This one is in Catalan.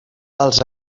els